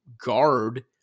guard